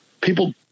people